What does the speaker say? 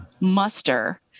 muster